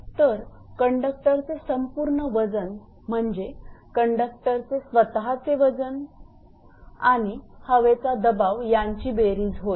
तर कंडक्टरचे संपूर्ण वजन म्हणजे कंडक्टरचे स्वतः वजन आणि हवेचा दबाव यांची बेरीज होय